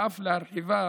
ואף להרחיבה